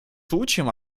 случаем